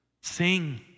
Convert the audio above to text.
Sing